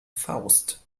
faust